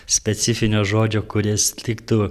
specifinio žodžio kuris tiktų